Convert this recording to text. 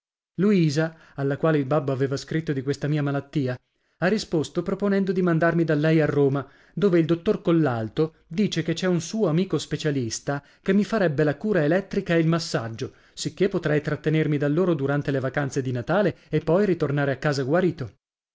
luisa alla quale il babbo aveva scritto di questa mia malattia ha risposto proponendo di mandarmi da lei a roma dove il dottor collalto dice che c'è un suo amico specialista che mi farebbe la cura elettrica e il massaggio sicché potrei trattenermi da loro durante le vacanze di natale e poi ritornare a casa guarito